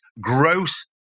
gross